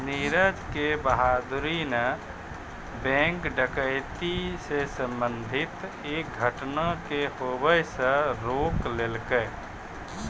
नीरज के बहादूरी न बैंक डकैती से संबंधित एक घटना के होबे से रोक लेलकै